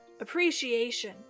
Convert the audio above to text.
appreciation